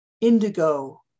indigo